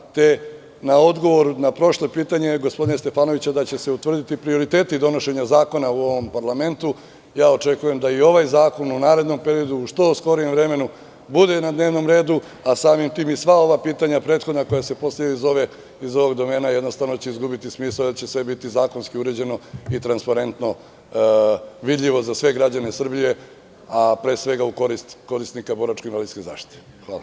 Prema tome, na odgovor na prošlo pitanje gospodina Stefanovića da će se utvrditi prioriteti donošenja zakona u ovom parlamentu, očekujem da i ovaj zakon u narednom periodu u što skorije vreme bude na dnevnom redu, a samim tim i sva ova prethodna pitanja koja se postavljaju iz ovog domena jednostavno će izgubiti smisao jer će sve biti zakonski uređeno i transparentno, vidljivo za sve građene Srbije, a pre svega u korist korisnika boračko-invalidske zaštite.